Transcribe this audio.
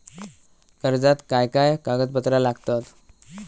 कर्जाक काय काय कागदपत्रा लागतत?